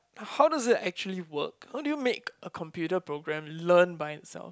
how does it actually work how do you make a computer program learn by itself